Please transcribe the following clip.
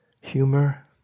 humor